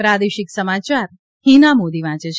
પ્રાદેશિક સમાચાર હિના મોદી વાંચે છે